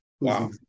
Wow